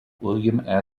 william